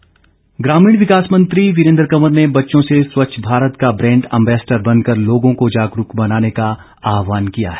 वीरेन्द्र कंवर ग्रामीण विकास मंत्री वीरेन्द्र कंवर ने बच्चों से स्वच्छ भारत का ब्रैंड अम्बेस्डर बनकर लोगों को जागरूक बनाने का आहवान किया है